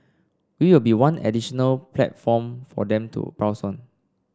we will be one additional platform for them to browse on